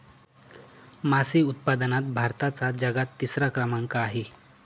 मासे उत्पादनात भारताचा जगात तिसरा क्रमांक आहे